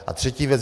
A třetí věc.